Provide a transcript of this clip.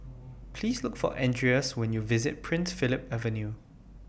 Please Look For Andreas when YOU visit Prince Philip Avenue